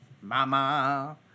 Mama